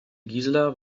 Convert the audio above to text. gisela